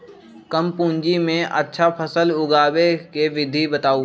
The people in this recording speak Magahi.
कम पूंजी में अच्छा फसल उगाबे के विधि बताउ?